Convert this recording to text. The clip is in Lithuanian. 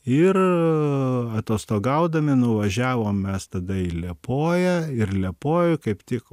ir atostogaudami nuvažiavom mes tada į liepoją ir liepojoj kaip tik